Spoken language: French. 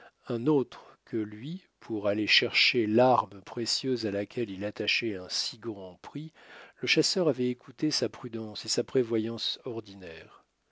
un autre que lui pour aller chercher l'arme précieuse à laquelle il attachait un si grand prix le chasseur avait écouté sa prudence et sa prévoyance ordinaires